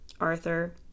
Arthur